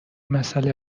مسئله